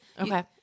Okay